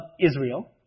Israel